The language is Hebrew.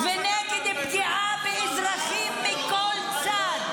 ונגד פגיעה באזרחים מכל צד,